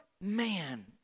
man